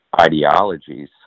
ideologies